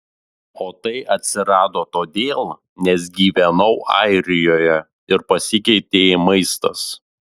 o tai atsirado todėl nes gyvenau airijoje ir pasikeitė maistas